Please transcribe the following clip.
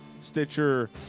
Stitcher